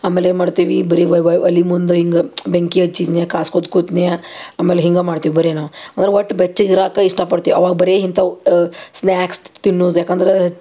ಆಮೇಲೆ ಏನು ಮಾಡ್ತೀವಿ ಬರಿ ಒಲೆ ಮುಂದೆ ಹಿಂಗ ಬೆಂಕಿ ಹಚ್ಚಿದ್ನ್ಯ ಕಾಸ್ಕೋತ ಕೂತ್ನ್ಯ ಆಮೇಲೆ ಹಿಂಗೆ ಮಾಡ್ತೀವಿ ಬರೆ ನಾವು ಅಂಡ್ರೆ ಒಟ್ಟು ಬೆಚ್ಚಗೆ ಇರಕ್ಕ ಇಷ್ಟಪಡ್ತೀವಿ ಅವಾಗ ಬರೀ ಇಂಥವು ಸ್ನಾಕ್ಸ್ ತಿನ್ನೂದು ಯಾಕಂದರೆ